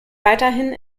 weiterhin